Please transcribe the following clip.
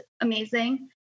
amazing